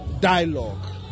dialogue